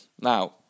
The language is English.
Now